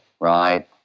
right